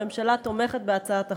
הממשלה תומכת בהצעת החוק.